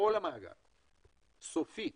סופית,